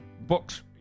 books